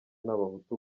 n’abahutu